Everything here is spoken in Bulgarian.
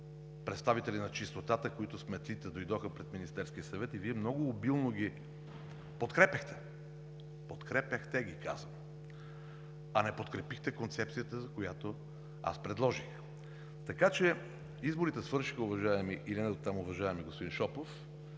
представители на чистотата, които с метлите дойдоха пред Министерския съвет и Вие много обилно ги подкрепяхте. Подкрепяхте ги, казвам! А не подкрепихте концепцията, която аз предложих. Така че изборите свършиха, уважаеми и недотам уважаеми господин Шопов,